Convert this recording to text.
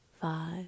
five